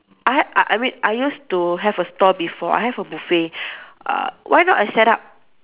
I ha~ I I mean I used to have a store before I have a buffet uh why not I set up